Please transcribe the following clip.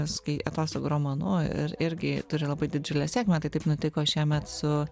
skai atostogų romanu ir irgi turi labai didžiulę sėkmę tai kaip nutiko šiemet su